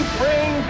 bring